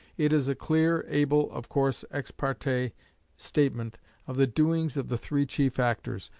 it is a clear, able, of course ex parte statement of the doings of the three chief actors,